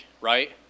right